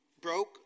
broke